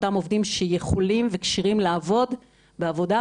אותם עובדים שיכולים וכשירים לעבוד בעבודה,